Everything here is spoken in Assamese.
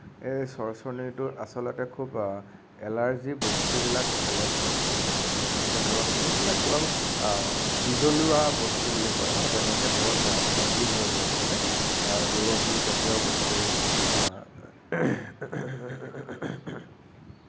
এই চৰচৰণিটো আচলতে খুব এলাৰ্জী বস্তুবিলাক খালে হয় আচলতে যেনেকে ধৰক যোনবিলাক অলপ বিজলুৱা বস্তু বুলি কয় ন যেনেকে ধৰক ভেন্দী হৈ গ'ল হয়নে উৰহীজাতীয় বস্তু